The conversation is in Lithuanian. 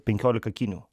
penkiolika kinių